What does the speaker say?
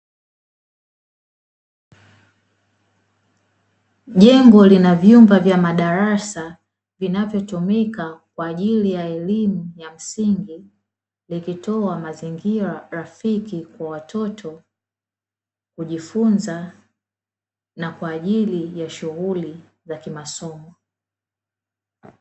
Jengo lina vyumba vya madarasa vinavyotumika kwaajili ya elimu ya msingi, likitoa mazingira rafiki kwa watoto kujifunza na kwaajili ya shuguli za kimasomo.